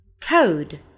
Code